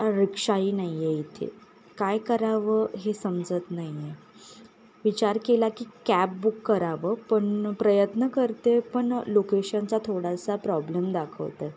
रिक्षाही नाही आहे इथे काय करावं हे समजत नाही आहे विचार केला की कॅब बुक करावं पण प्रयत्न करते पण लोकेशनचा थोडासा प्रॉब्लेम दाखवतं आहे